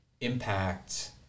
impact